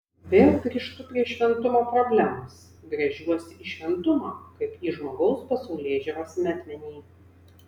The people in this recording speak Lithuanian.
vėl grįžtu prie šventumo problemos gręžiuosi į šventumą kaip į žmogaus pasaulėžiūros metmenį